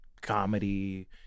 comedy